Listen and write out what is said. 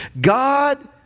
God